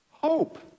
hope